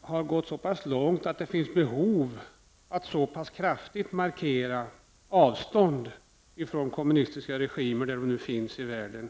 har gått så pass långt att det finns behov av att så här kraftigt markera avstånd från kommunistiska regimer runt om i världen.